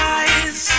eyes